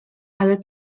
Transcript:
ale